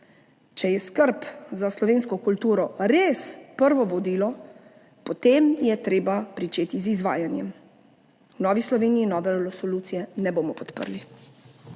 Če je skrb za slovensko kulturo res prvo vodilo, potem je treba pričeti z izvajanjem. V Novi Sloveniji nove resolucije ne bomo podprli.